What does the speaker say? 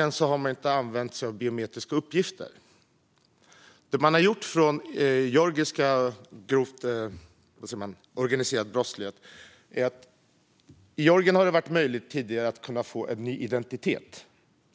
Georgien har dock inte använt sig av biometriska uppgifter. Där har det tidigare varit väldigt enkelt för människor inom den grova organiserade brottsligheten att skaffa en ny identitet,